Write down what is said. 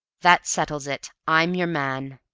that settles it. i'm your man.